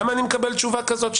למה אני מקבל תשובה כזו?